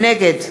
נגד